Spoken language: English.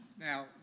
Now